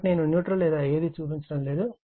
కాబట్టి నేను న్యూట్రల్ లేదా ఏదీ చూపించడం లేదు